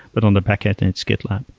but on the backend and it's gitlab.